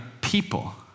people